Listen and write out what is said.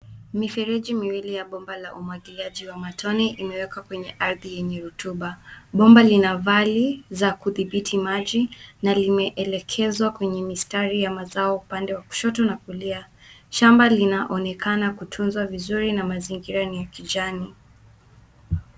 Mifereji miwili ya bomba la umwagiliaji wa matone, imewekwa kwenye ardhi yenye rutuba. Bomba lina vali za kudhibiti maji, na limeelekezwa kwenye mistari ya mazao upande wa kushoto na kulia. Shamba linaonekana kutunzwa vizuri, na mazingira ni ya kijani.